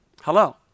Hello